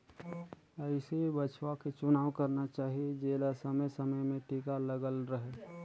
अइसन बछवा के चुनाव करना चाही जेला समे समे में टीका लगल रहें